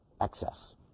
excess